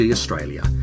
Australia